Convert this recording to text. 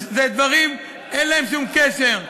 אלה דברים שאין להם שום קשר.